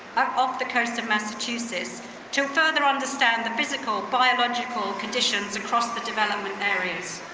off the coast of massachusetts to further understand the physical, biological conditions across the development areas.